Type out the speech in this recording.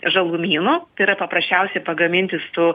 žalumynų tai yra paprasčiausiai pagaminti su